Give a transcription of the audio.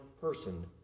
person